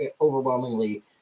overwhelmingly